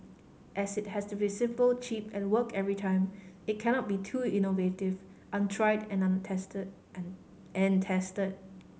as it has to be simple cheap and work every time it cannot be too innovative untried and untested and and test